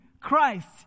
Christ